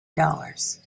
dollars